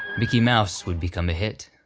mickey mouse would become a hit,